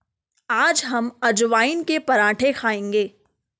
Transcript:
आज हम अजवाइन के पराठे खाएंगे